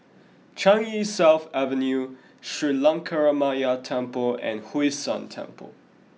Changi South Avenue Sri Lankaramaya Temple and Hwee San Temple